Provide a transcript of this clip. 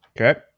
Okay